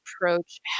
approach